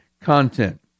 content